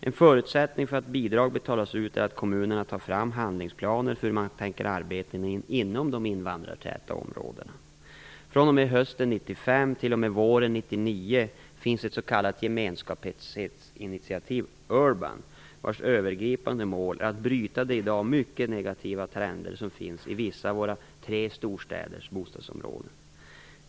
En förutsättning för att bidrag betalas ut är att kommunerna tar fram handlingsplaner för hur man tänker arbeta inom de invandrartäta bostadsområdena. fr.o.m. hösten 1995 t.o.m. våren 1999 finns ett s.k. Gemenskapsinitiativ, URBAN, vars övergripande mål är att bryta de i dag mycket negativa trender som finns i vissa av våra tre storstäders bostadsområden.